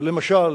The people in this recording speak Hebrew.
למשל,